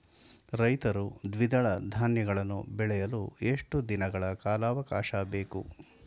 ರೈತರು ದ್ವಿದಳ ಧಾನ್ಯಗಳನ್ನು ಬೆಳೆಯಲು ಎಷ್ಟು ದಿನಗಳ ಕಾಲಾವಾಕಾಶ ಬೇಕು?